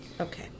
Okay